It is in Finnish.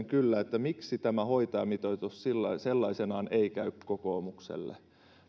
kyllä miksi tämä hoitajamitoitus sellaisenaan ei käy kokoomukselle